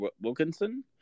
Wilkinson